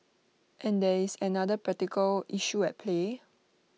and there is another practical issue at play